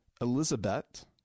Elizabeth